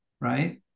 right